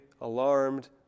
alarmed